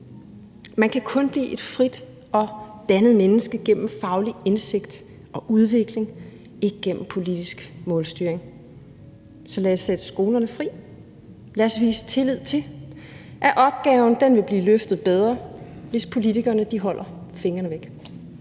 Man kan kun blive et frit og dannet menneske gennem faglig indsigt og udvikling, ikke gennem politisk målstyring. Så lad os sætte skolerne fri. Lad os vise tillid til, at opgaven vil blive løftet bedre, hvis politikerne holder fingrene væk.